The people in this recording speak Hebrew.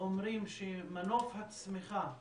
אומרים שמנוף הצמיחה למדינה,